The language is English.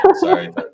Sorry